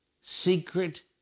secret